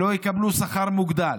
שלא יקבלו שכר מוגדל,